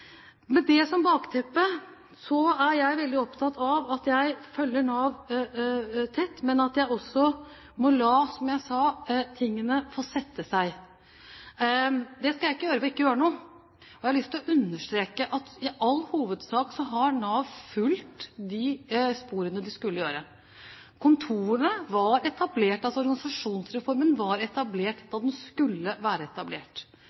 Med det som bakteppe er jeg veldig opptatt av å følge Nav tett, men jeg må også la – som jeg sa – tingene få sette seg. Det skal jeg ikke gjøre ved ikke å gjøre noe. Jeg har lyst til å understreke at i all hovedsak har Nav fulgt de sporene de skulle gjøre. Organisasjonsreformen var etablert da den skulle være etablert. Første trinn i IKT-satsingen var ferdig da den skulle være